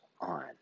on